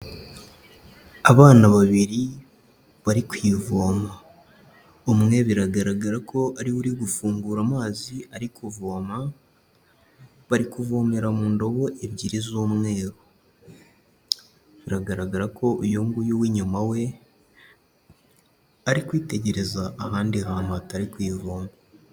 Abana babiri bari kw'ivoma umwe biragaragara ko ariwe uri gufungura amazi ari kuvoma bari kuvomera mu ndobo ebyiri z'umweru biragaragara ko uyu nguyu we ari kwitegereza ahandi hantu hatari kw'ivoma.